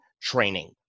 training